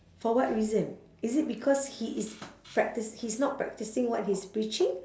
for what reason is it because he is practise he's not practising what he's preaching